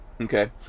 Okay